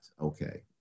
okay